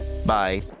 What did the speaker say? Bye